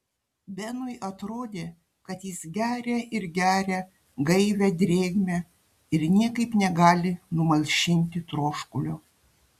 benui atrodė kad jis geria ir geria gaivią drėgmę ir niekaip negali numalšinti troškulio